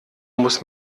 muss